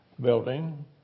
building